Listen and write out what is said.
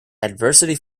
adversity